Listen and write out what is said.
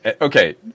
okay